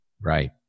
Right